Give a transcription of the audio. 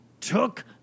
took